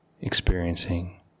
experiencing